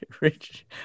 Rich